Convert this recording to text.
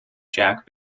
jack